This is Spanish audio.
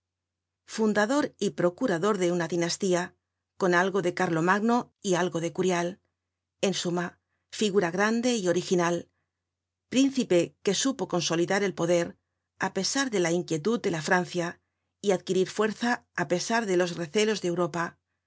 fundador y procurador de una dinastía con algo de carlomagno y algo de curial en suma figura grande y original principe que supo consolidar el poder á pesar de la inquietud de la francia y adquirir fuerza á pesar de los recelos de europa